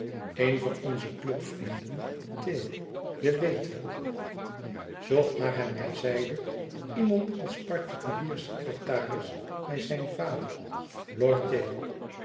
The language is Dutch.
een van onze clubvrienden tayle je weet wel zocht naar hij mij zeide iemand als particulier secretaris bij zijn vader lord